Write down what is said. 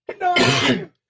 No